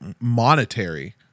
monetary